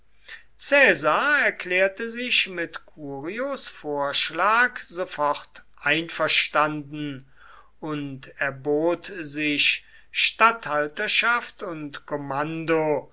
caesar erklärte sich mit curios vorschlag sofort einverstanden und erbot sich statthalterschaft und kommando